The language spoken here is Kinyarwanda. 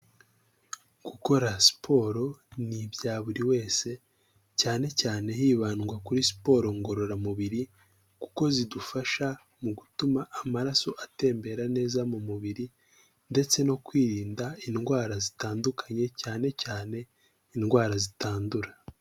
Gukora siporo ni ibya buri wese cyane cyane hibandwa kuri siporo ngororamubiri kuko zidufasha mu gutuma amaraso atembera neza mu mubiri, ndetse no kwirinda indwara zitandukanye cyane cyane indwara zitandura.